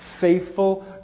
faithful